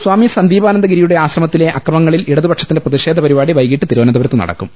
സ്വാമി സന്ദീപാനന്ദഗിരിയുടെ ആശ്രമത്തിലെ അക്രമങ്ങളിൽ ഇടതുപക്ഷത്തിന്റെ പ്രതിഷേധ പരിപാടി വൈകിട്ട് തിരുവനന്തപു രത്ത് നടക്കും